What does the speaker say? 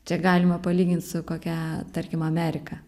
čia galima palygint su kokia tarkim amerika